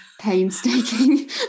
painstaking